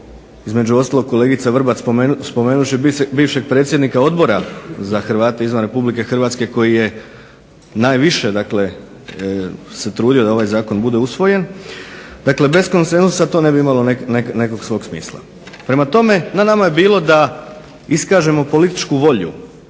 između ostalog kolegica Vrbat spomenuvši bivšeg predsjednika Odbora za Hrvate izvan RH koji je najviše se trudio da ovaj zakon bude usvojen, dakle bez konsenzusa to ne bi imalo nekog svog smisla. Prema tome, na nama je bilo da iskažemo političku volju